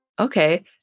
Okay